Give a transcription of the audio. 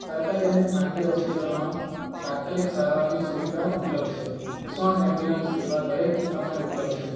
સરકારી અને ખાનગી હોસ્પિટલોમાં તાત્કાલિક સારવારની સુવિધા ઉપલબ્ધ છે એકસો આઠ એંબ્યુલન્સ સેવા દરેક સમયે ઉપલબ્ધ છે